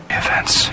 events